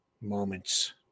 moments